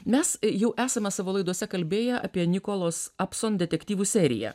mes jau esame savo laidose kalbėję apie nikolos apson detektyvų seriją